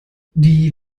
die